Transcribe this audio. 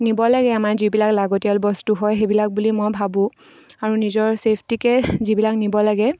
নিব লাগে আমাৰ যিবিলাক লাগতিয়াল বস্তু হয় সেইবিলাক বুলি মই ভাবোঁ আৰু নিজৰ ছেফটিকে যিবিলাক নিব লাগে